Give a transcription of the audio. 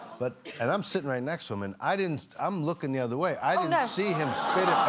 but and i'm sitting right next to him and i didn't i'm looking the other way, i didn't ah see him spit